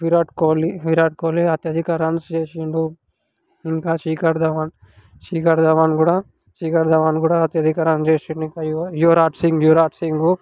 విరాట్ కోహ్లీ విరాట్ కోహ్లీ అత్యధిక రన్స్ చేసాడు ఇంకా శిఖర్ ధావన్ శిఖర్ ధావన్ కూడా శిఖర్ ధావన్ కూడా అత్యధిక రన్స్ చేసాడు ఇంక యువరాజ్ సింగ్ యువరాజ్ సింగ్